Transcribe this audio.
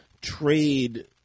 trade